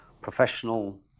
professional